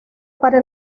para